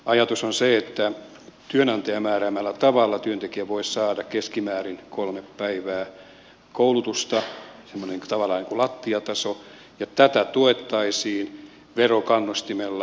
ajatus on se että työnantajan määräämällä tavalla työntekijä voisi saada keskimäärin kolme päivää koulutusta tavallaan semmoinen lattiataso ja tätä tuettaisiin verokannustimella